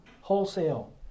Wholesale